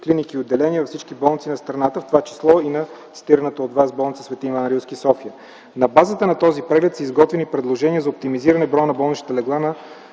клиники и отделения във всички болници в страната, в това число и в цитираната от Вас болница „Св. Иван Рилски”, София. На базата на този преглед са изготвени предложения за оптимизиране броя на болничните легла на